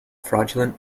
fraudulent